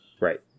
right